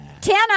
Tana